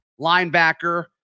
linebacker